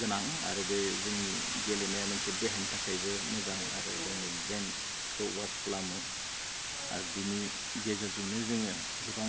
गोनां आरो बे जोंनि गेलेनाया मोनसे देहानि थाखायबो मोजां आरो जोंनि ब्रेइनखौ अवाश खालामो आरो बिनि गेजेरजोंनो जोङो गोबां